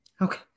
Okay